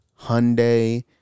Hyundai